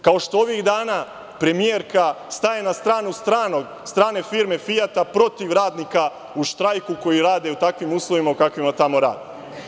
Kao što ovih dana premijerka staje na stranu strane firme „Fijata“ protiv radnika u štrajku, koji rade u takvim uslovima u kakvima tamo rade.